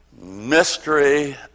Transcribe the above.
Mystery